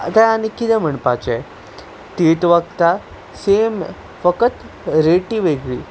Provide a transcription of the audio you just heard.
आतां आनी कितें म्हणपाचें तींच वखदां सेम फकत रेटी वेगळी